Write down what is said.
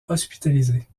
hospitalisé